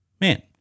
Man